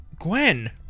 Gwen